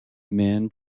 man